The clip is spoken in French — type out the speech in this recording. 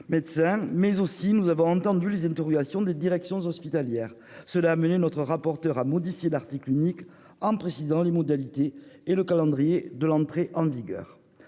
médecins, etc. -, d'autre part, les interrogations des directions hospitalières. Cela a amené notre rapporteure à modifier l'article unique en précisant les modalités et le calendrier de l'entrée en vigueur